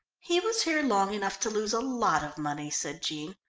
he was here long enough to lose a lot of money, said jean.